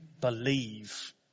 believe